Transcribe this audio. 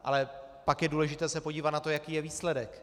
Ale pak je důležité se podívat na to, jaký je výsledek.